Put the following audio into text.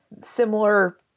similar